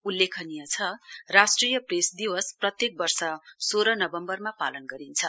उल्लेखनीय छ राष्ट्रिय प्रेस दिवस प्रत्येक वर्ष सोह्र नवम्वरमा पालन गरिन्छ